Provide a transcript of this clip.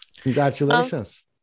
congratulations